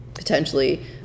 Potentially